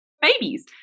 babies